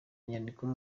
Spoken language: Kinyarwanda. nyandiko